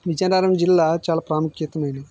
విజయనగరం జిల్లా చాలా ప్రాముఖ్యతమైనది